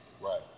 right